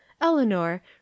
Eleanor